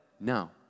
No